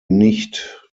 nicht